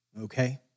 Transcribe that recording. Okay